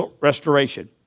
restoration